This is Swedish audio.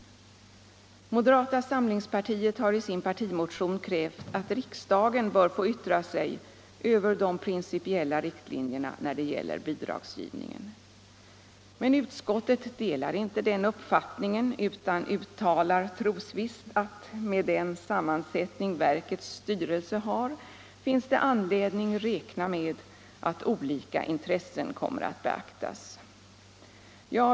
Mo 14 maj 1975 derata samlingspartiet har i sin partimotion krävt att riksdagen skall få yttra sig över de principiella riktlinjerna när det gäller bidragsgivningen. = Riktlinjer för Men utskottet delar inte den uppfattningen utan uttalar trosvisst att ”med invandraroch den sammansättning verkets styrelse har finns det anledning räkna med minoritetspolitiken, att olika intressen kommer att beaktas”.